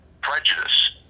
Prejudice